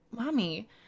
mommy